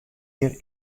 jier